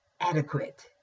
adequate